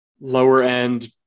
lower-end